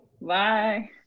bye